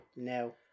No